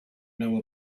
know